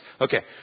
Okay